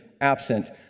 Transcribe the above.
absent